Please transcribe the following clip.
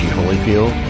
Holyfield